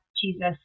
Jesus